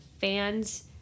fans